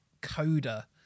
coda